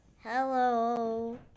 hello